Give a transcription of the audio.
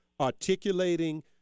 articulating